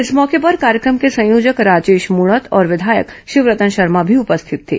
इस मौके पर कार्यक्रम के संयोजक राजेश मूणत और विधायक शिवरतन शर्मा भी उपस्थित थे